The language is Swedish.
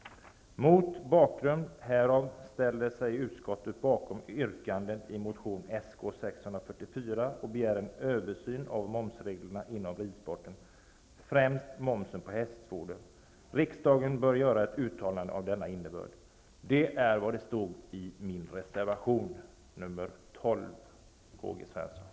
Mot bakgrund härav ställer utskottet sig bakom yrkandet i motion Sk644 att begära en översyn av momsreglerna inom ridsporten, främst momsen på hästfoder. Riksdagen bör göra ett uttalande av denna innebörd.'' Det är vad som står i min reservation nr 12, Karl